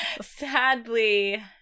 Sadly